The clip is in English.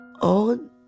on